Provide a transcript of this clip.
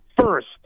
first